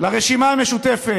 לרשימה המשותפת,